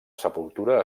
sepultura